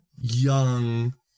young